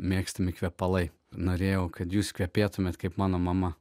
mėgstami kvepalai norėjau kad jūs kvepėtumėte kaip mano mama